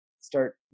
start